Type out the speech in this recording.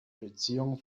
beziehung